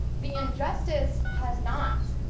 the injustice has not.